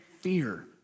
fear